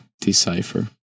decipher